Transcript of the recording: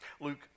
Luke